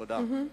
תודה.